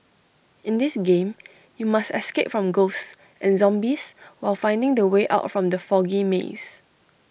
in this game you must escape from ghosts and zombies while finding the way out from the foggy maze